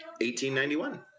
1891